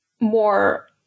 more